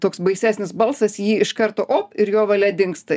toks baisesnis balsas jį iš karto op ir jo valia dingsta